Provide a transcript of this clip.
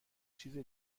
چیز